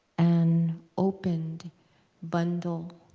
an opened bundle